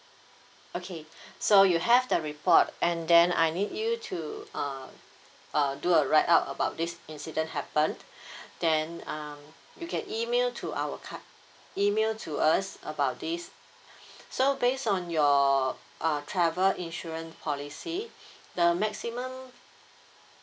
okay so you have the report and then I need you to uh uh do a write up about this incident happened then um you can email to our cad~ email to us about this so based on your uh travel insurance policy the maximum